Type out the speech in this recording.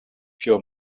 pure